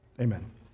amen